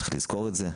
צריך לזכור את זה.